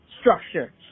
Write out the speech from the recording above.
structure